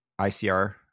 ICR